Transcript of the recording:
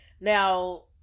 Now